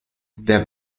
der